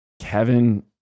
Kevin